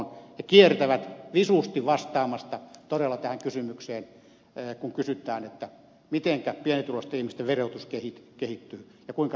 he kiertävät visusti vastaamasta todella tähän kysymykseen kun kysytään miten pienituloisten ihmisten verotus kehittyy ja kuinka